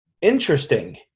Interesting